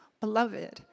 beloved